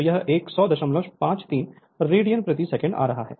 तो यह 10053 रेडियन प्रति सेकंड आ रहा है